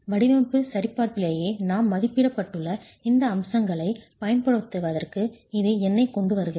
வடிவமைப்பு சரிபார்ப்பிலேயே நாம் மதிப்பிட்டுள்ள இந்த அம்சங்களைப் பயன்படுத்துவதற்கு இது என்னைக் கொண்டுவருகிறது